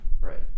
Right